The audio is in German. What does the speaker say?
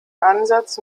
ansatz